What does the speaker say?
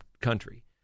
country